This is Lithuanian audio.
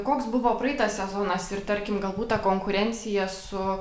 koks buvo praeitas sezonas ir tarkim galbūt ta konkurencija su